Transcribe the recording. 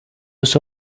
was